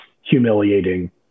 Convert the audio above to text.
humiliating